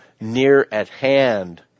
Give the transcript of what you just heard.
near-at-hand